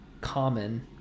common